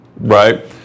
right